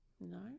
no